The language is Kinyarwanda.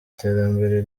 terambere